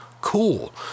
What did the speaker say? cool